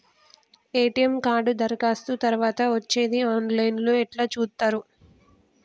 ATM card దరఖాస్తు తరువాత వచ్చేది ఆన్ లైన్ లో ఎట్ల చూత్తరు?